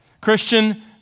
Christian